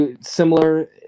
similar